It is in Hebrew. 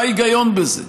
מה ההיגיון בזה?